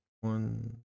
one